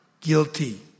Guilty